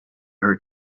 her